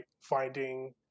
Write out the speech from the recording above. Finding